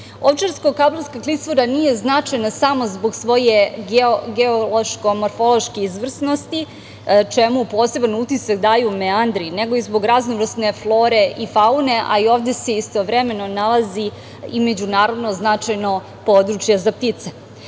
aktivnost. Ovčarsko-kablarska klisura nije značajna samo zbog svoje geološko-morfološke izvrsnosti, čemu poseban utisak daju meandri, nego i zbog raznovrsne flore i faune, a i ovde se istovremeno nalazi i međunarodno značajno područje za ptice.